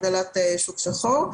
הגדלת שוק שחור.